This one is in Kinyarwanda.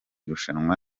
rushanwa